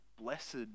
blessed